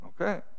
Okay